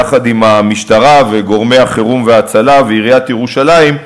יחד עם המשטרה וגורמי החירום וההצלה ועיריית ירושלים,